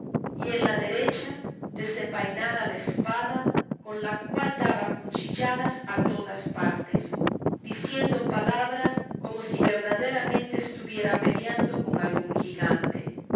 y en la derecha desenvainada la espada con la cual daba cuchilladas a todas partes diciendo palabras como si verdaderamente estuviera peleando con algún gigante